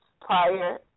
prior